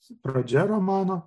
pradžia romano